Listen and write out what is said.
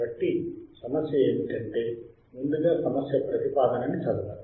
కాబట్టి సమస్య ఏమిటంటే ముందుగా సమస్య ప్రతిపాదనని చదవండి